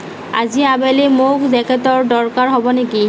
আজি আবেলি মোক জেকেটৰ দৰকাৰ হ'ব নেকি